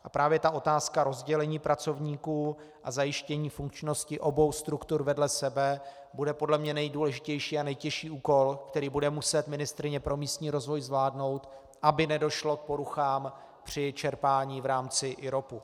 A právě otázka rozdělení pracovníků a zajištění funkčnosti obou struktur vedle sebe bude podle mě nejdůležitější a nejtěžší úkol, který bude muset ministryně pro místní rozvoj zvládnout, aby nedošlo k poruchám při čerpání v rámci IROPu.